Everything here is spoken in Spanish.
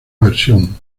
versión